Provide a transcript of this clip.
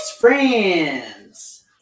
Friends